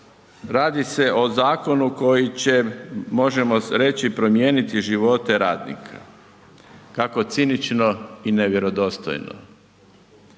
radi se o zakonu koji će možemo reći promijeniti živote radnika, kako cinično i nevjerodostojno.